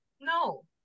no